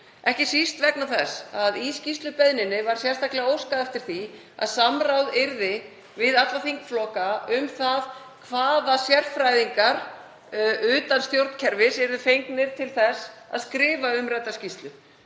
ekki síst vegna þess að í skýrslubeiðninni var sérstaklega óskað eftir því að samráð yrði haft við alla þingflokka um hvaða sérfræðingar utan stjórnkerfisins yrðu fengnir til þess að skrifa umrædda skýrslu.